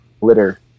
litter